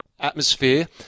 atmosphere